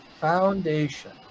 foundation